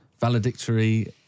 valedictory